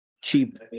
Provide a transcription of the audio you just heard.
cheap